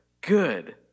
good